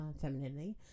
femininity